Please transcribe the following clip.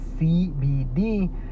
cbd